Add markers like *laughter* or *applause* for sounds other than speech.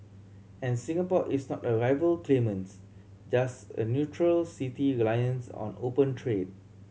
and Singapore is not a rival claimants just a neutral city reliant *unintelligible* on open trade